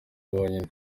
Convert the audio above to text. bonyine